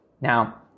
Now